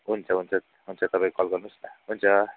हुन्छ हुन्छ हुन्छ तपाईँ कल गर्नुहोस् न हुन्छ हवस्